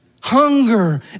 Hunger